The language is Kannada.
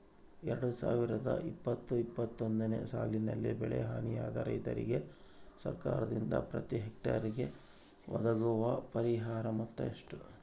ಎರಡು ಸಾವಿರದ ಇಪ್ಪತ್ತು ಇಪ್ಪತ್ತೊಂದನೆ ಸಾಲಿನಲ್ಲಿ ಬೆಳೆ ಹಾನಿಯಾದ ರೈತರಿಗೆ ಸರ್ಕಾರದಿಂದ ಪ್ರತಿ ಹೆಕ್ಟರ್ ಗೆ ಒದಗುವ ಪರಿಹಾರ ಮೊತ್ತ ಎಷ್ಟು?